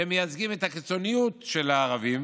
שמייצגים את הקיצוניות של הערבים